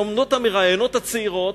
עומדות המראיינות הצעירות,